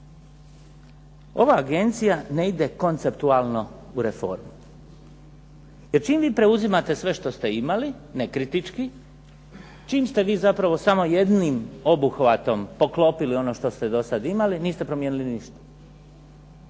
ova agencija ne ide konceptualno u reformu. Jer čim vi preuzimate sve što ste imali, nekritički, čim ste vi zapravo samo jednim obuhvatom poklopili ono što ste dosad imali niste promijenili ništa.